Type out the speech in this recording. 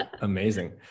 Amazing